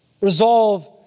Resolve